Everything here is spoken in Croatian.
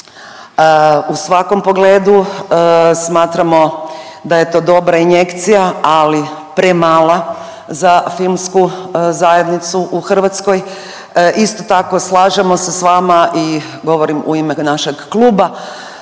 u svakom pogledu. Smatramo da je to dobra injekcija, ali premala za filmsku zajednicu u Hrvatskoj. Isto tako, slažemo se sa vama i govorim u ime našeg kluba